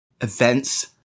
events